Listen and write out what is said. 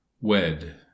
wed